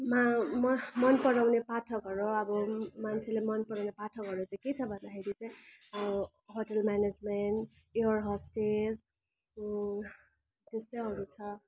म म मनपराउने पाठकहरू अब म मान्छेले मनपराउने पाठकहरू त के छ भन्दाखेरि चाहिँ होटेल म्यानेजमेन्ट एयर होस्टेज त्यस्तैहरू छ